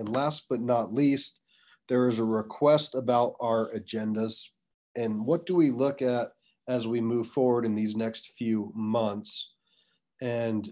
and last but not least there is a request about our agendas and what do we look at as we move forward in these next few months and